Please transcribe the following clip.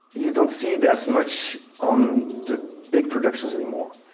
you don't see it as much on the big productions anymore.